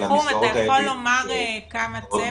המסגרות האלה --- נחום אתה יכול לומר כמה צוות?